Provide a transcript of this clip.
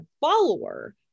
follower